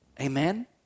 Amen